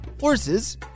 horses